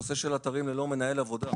בנושא האתרים ללא מנהל עבודה.